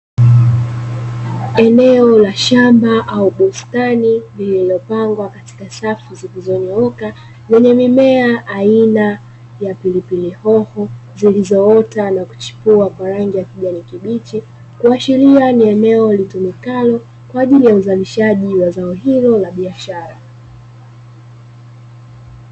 Eneo la shamba au bustani lililopangwa katika safu zilizonyooka lenye mimea aina ya pilipili hoho zilizoota na kuchipua kwa rangi ya kijani kibichi. Kuashiria ni eneo litumikalo kwa ajili ya uzalishaji wa zao hilo la biashara.